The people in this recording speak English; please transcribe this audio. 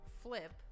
flip